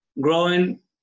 growing